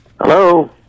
Hello